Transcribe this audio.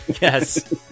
Yes